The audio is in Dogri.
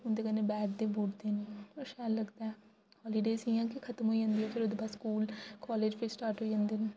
उ'न्दे कन्नै बैठदे बूठदे न बड़ा शैल लगदा ऐ हॉलीडेज इ'यां गै खत्म होई जन्दियां ते फ्ही ओह्दे बाद स्कूल कॉलेज फ्ही स्टार्ट होई जन्दे न